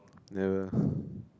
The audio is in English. never